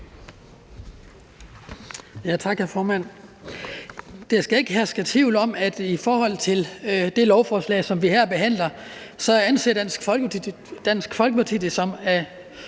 Der skal ikke herske tvivl om i forhold til det lovforslag, som vi her behandler, at Dansk Folkeparti anser